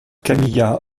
camilla